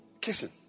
kissing